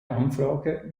anfrage